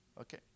Okay